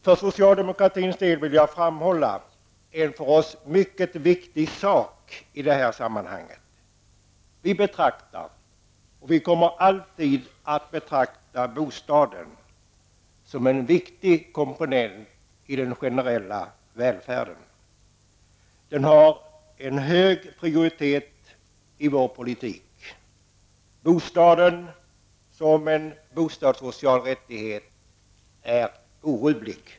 För socialdemokratins del vill jag framhålla en för oss mycket viktig sak i detta sammanhang. Vi betraktar och kommer alltid att betrakta bostaden som en viktig komponent i den generella välfärden. Den har en hög prioritet i vår politik. Vår uppfattning om bostaden som en social rättighet är orubblig.